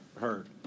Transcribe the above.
heard